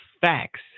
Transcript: facts